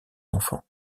enfants